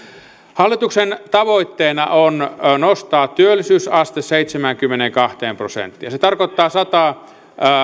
hallituksen tavoitteena on nostaa työllisyysaste seitsemäänkymmeneenkahteen prosenttiin se tarkoittaa